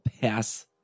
Pass